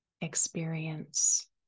experience